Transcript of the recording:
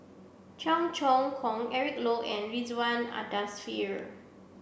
Cheong Choong Kong Eric Low and Ridzwan a Dzafir